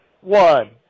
One